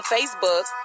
Facebook